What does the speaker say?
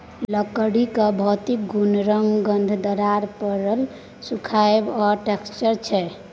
लकड़ीक भौतिक गुण रंग, गंध, दरार परब, सुखाएब आ टैक्सचर छै